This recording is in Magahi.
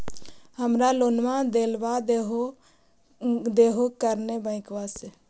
हमरा लोनवा देलवा देहो करने बैंकवा से?